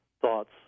thoughts